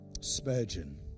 Spurgeon